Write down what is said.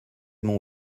mon